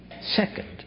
Second